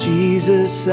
Jesus